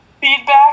feedback